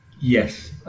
Yes